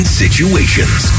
situations